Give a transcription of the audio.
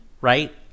right